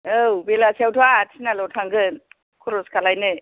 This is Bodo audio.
औ बेलासियावथ' आंहा तिनालियाव थांगोन खरस खालामनो